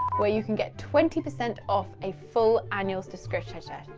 where you can get twenty percent off a full annual descrish shrishaw.